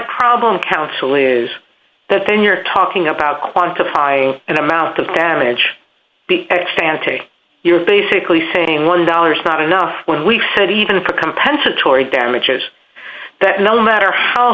counsel is that then you're talking about quantify an amount of damage sant you're basically saying one dollar not enough when we said even for compensatory damages that no matter how